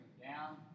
down